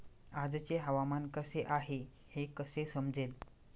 आजचे हवामान कसे आहे हे कसे समजेल?